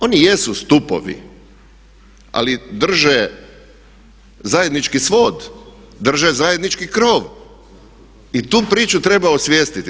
Oni jesu stupovi, ali drže zajednički svod, drže zajednički krov i tu priču treba osvijestiti.